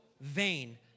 vain